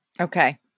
Okay